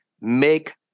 make